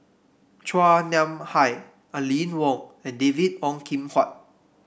Chua Nam Hai Aline Wong and David Ong Kim Huat